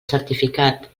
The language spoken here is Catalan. certificat